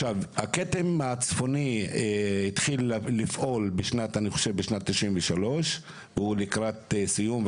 הכתם הצפוני התחיל לפעול בשנת 93 והוא לקראת סיום.